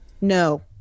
No